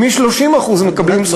כי מ-30% מקבלים זכויות.